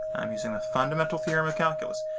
i'm using a fundamental theorem of calculus.